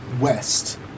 west